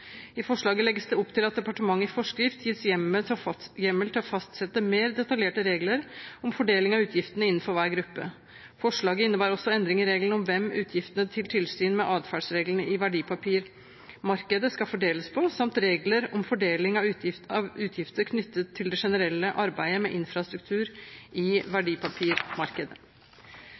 I forslaget legges det opp til at departementet i forskrift gis hjemmel til å fastsette mer detaljerte regler om fordeling av utgiftene innenfor hver gruppe. Forslaget innebærer også endring i reglene om hvem utgiftene til tilsyn med adferdsreglene i verdipapirmarkedet skal fordeles på, samt regler om fordeling av utgifter knyttet til det generelle arbeidet med infrastruktur i